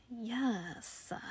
Yes